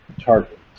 target